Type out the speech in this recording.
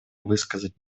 высказать